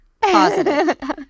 Positive